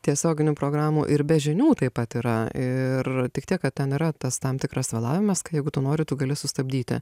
tiesioginių programų ir be žinių taip pat yra ir tik tiek kad ten yra tas tam tikras vėlavimas kai jeigu tu nori tu gali sustabdyti